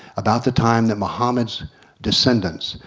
about the time that mohammad's descendants,